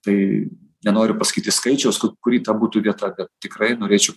tai nenoriu pasakyti skaičiaus kuri ta būtų vieta kad tikrai norėčiau